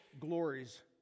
glories